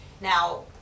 Now